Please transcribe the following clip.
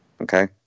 okay